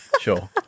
sure